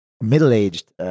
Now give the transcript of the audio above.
middle-aged